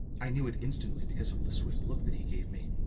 i knew it instantly because of the swift look that he gave me.